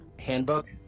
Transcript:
Handbook